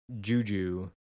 juju